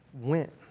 went